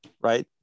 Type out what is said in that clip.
right